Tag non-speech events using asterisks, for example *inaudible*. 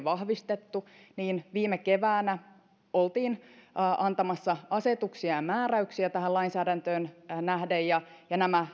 *unintelligible* vahvistettu ja viime keväänä oltiin antamassa asetuksia ja määräyksiä tähän lainsäädäntöön nähden ja ja nämä